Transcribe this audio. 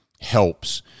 helps